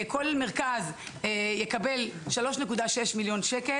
כל מרכז יקבל 3,600,000 ש"ח,